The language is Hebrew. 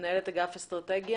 מנהלת אגף אסטרטגיה.